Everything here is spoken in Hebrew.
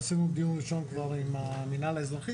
עשינו דיון ראשון עם המינהל האזרחי